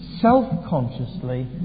self-consciously